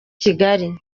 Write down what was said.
kigali